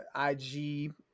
ig